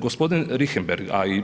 Gospodin Richembergh, a i